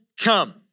come